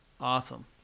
Awesome